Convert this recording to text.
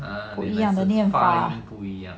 不一样的念发